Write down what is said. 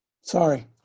Sorry